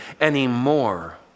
anymore